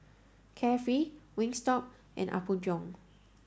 Carefree Wingstop and Apgujeong